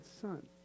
son